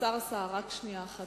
סליחה.